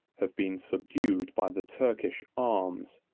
have been subdued by the turkish arms,